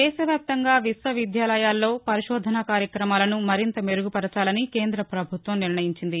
దేశవ్యాప్తంగా విశ్వవిద్యాలయాల్లో పరిశోధనా కార్యక్రమాలను మరింత మెరుగుపరచాలని కేంద్ర ప్రభుత్వం నిర్ణయించింది